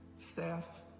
Staff